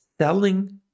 selling